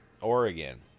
Oregon